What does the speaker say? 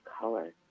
color